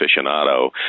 aficionado